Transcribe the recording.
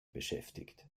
beschäftigt